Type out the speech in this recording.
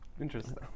Interesting